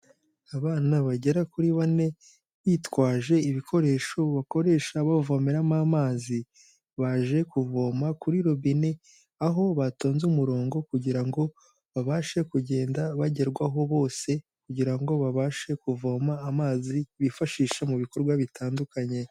Abana bagera kuri bane bitwaje ibikoresho bakoresha bavomeramo amazi. Baje kuvoma kuri robine aho batonze umurongo kugira ngo babashe kugenda bagerwaho bose, kugira ngo babashe kuvoma amazi bifashisha mu bikorwa bitandukanye.